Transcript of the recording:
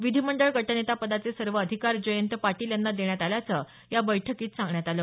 विधीमंडळ गटनेता पदाचे सर्व अधिकार जयंत पाटील यांना देण्यात आल्याचं या बैठकीत सांगण्यात आलं